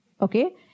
Okay